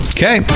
Okay